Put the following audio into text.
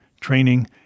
training